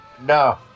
No